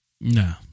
No